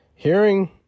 Hearing